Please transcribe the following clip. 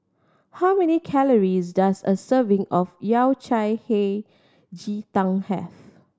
how many calories does a serving of Yao Cai Hei Ji Tang have